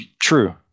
True